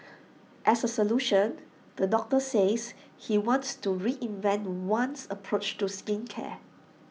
as A solution the doctor says he wants to reinvent one's approach to skincare